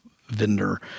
vendor